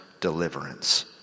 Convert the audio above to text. deliverance